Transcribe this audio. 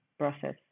Process